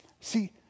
See